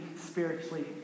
spiritually